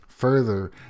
Further